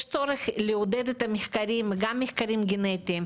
יש צורך לעודד מחקרים, גם מחקרים גנטיים,